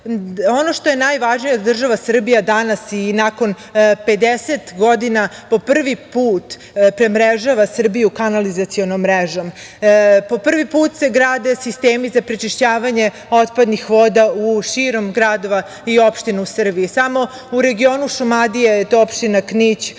ono što je najvažnije jeste da država Srbija danas, nakon 50 godina, po prvi put premrežava Srbiju kanalizacionom mrežom, po prvi put se grade sistemi za prečišćavanje otpadnih voda širom gradova i opština u Srbiji. Samo u regionu Šumadije je to opština Knić,